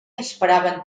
esperaven